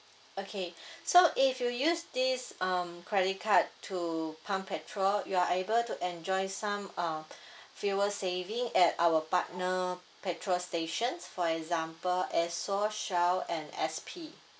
okay so if you use this um credit card to pump petrol you are able to enjoy some um fuel saving at our partner petrol stations for example Esso Shell and S_P